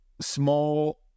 small